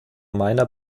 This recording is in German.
meiner